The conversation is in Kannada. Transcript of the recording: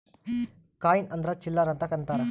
ಕಾಯಿನ್ ಅಂದ್ರ ಚಿಲ್ಲರ್ ಅಂತ ಅಂತಾರ